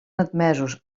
admesos